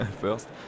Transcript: first